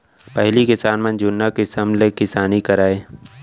पहिली किसान मन जुन्ना किसम ले किसानी करय